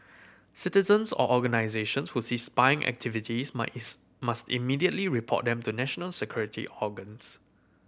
citizens or organisations who see spying activities must immediately report them to national security organs